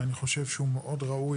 שאני חושב שהוא מאוד ראוי,